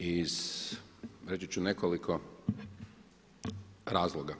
Iz, reći ću nekoliko razloga.